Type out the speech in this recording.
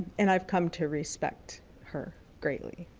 and i've come to respect her greatly.